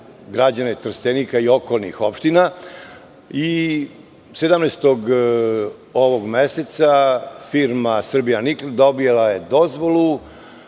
građane Trstenika i okolnih opština i 17. ovog meseca firma „Srbija nikl“ dobila je dozvolu